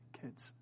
kids